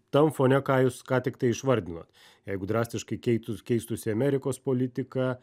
tam fone ką jūs ką tiktai išvardinot jeigu drastiškai keitus keistųsi amerikos politika